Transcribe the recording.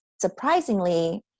surprisingly